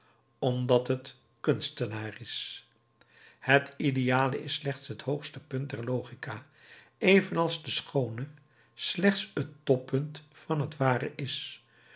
omdat het kunstenaar is het ideale is slechts het hoogste punt der logica evenals het schoone slechts het toppunt van het ware is